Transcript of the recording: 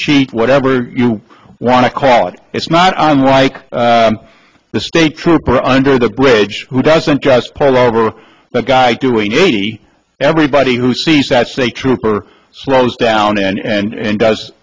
cheat whatever you want to call it it's not unlike the state trooper under the bridge who doesn't just pull over the guy doing eighty everybody who sees that state trooper slows down and